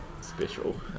special